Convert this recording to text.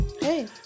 hey